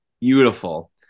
Beautiful